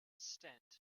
stint